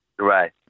Right